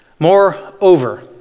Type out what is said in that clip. Moreover